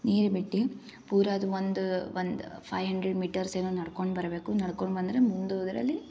ನೀರು ಬಿಟ್ಟು ಪೂರ ಅದು ಒಂದು ಒಂದು ಫೈ ಹಂಡ್ರೆಡ್ ಮೀಟರ್ಸ್ ಏನೋ ನಡ್ಕೊಂಡು ಬರಬೇಕು ನಡ್ಕೊಂಬಂದ್ರೆ ಮುಂದೆ ಹೋದ್ರೆ ಅಲ್ಲಿ